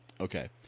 Okay